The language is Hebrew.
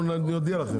אנחנו נודיע לכם.